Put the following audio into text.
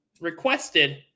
requested